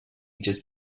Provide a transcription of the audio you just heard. just